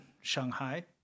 Shanghai